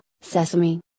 sesame